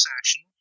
action